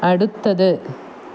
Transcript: അടുത്തത്